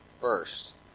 first